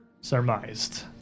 surmised